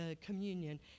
communion